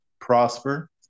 prosper